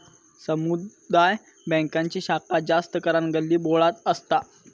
समुदाय बॅन्कांची शाखा जास्त करान गल्लीबोळ्यात असता